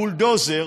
הבולדוזר,